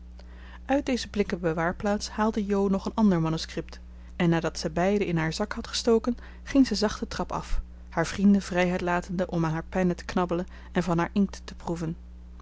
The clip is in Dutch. uit deze blikken bewaarplaats haalde jo nog een ander manuscript en nadat zij beide in haar zak had gestoken ging zij zacht de trap af haar vrienden vrijheid latende om aan haar pennen te knabbelen en van haar inkt te proeven